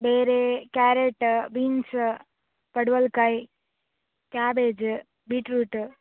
ಬೇರೆ carrot beans ಪಡವಲಕಾಯಿ cabbage beetroot